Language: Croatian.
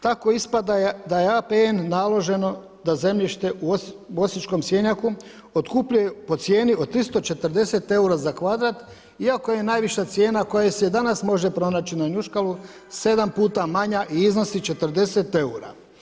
Tako ispada da je APN naloženo da zemljištu u osječkom stjenjaku otkupljuje od 340 eura za kvadrat iako je najviša cijena koja se danas može pronaći na Njuškalu 7 puta manja i iznosi 40 eura.